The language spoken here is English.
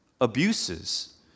abuses